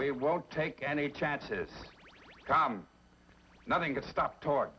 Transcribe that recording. we don't take any chances nothing to stop talking